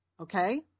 Okay